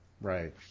right